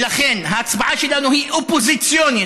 ולכן ההצבעה שלנו היא אופוזיציונית.